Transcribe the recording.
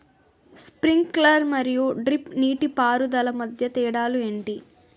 Sprinkler మరియు drip నీటిపారుదల మధ్య తేడాలు ఏంటి?